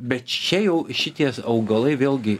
bet čia jau šitie augalai vėlgi